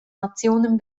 nationen